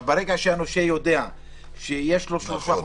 אבל ברגע שהנושה יודע שיש לו שלושה חודשים,